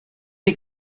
die